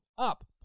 Up